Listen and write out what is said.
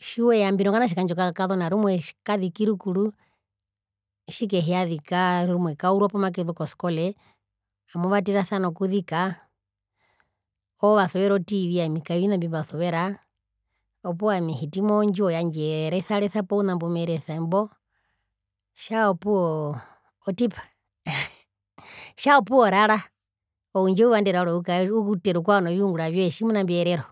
tjiweya mbino kanatje kandje okakazona rumwe kaziki rukuru tjikehiyazika rumwe kaurwa poo makezu koskole amuvatera okuzika oovasuvera otv ami kavina mbimbasuvera opuwo ami ehiti mondjiwo yandje eresaresa pouna mbo mbumerese mbo tjaa opuwo otipa mmmhhh tja opuwo orara oundju eyuva ndo rawe uute rukwao noviungura vywee tjimuna imbi ovyerero.